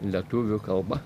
lietuvių kalba